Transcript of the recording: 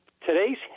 today's